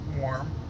warm